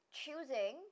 choosing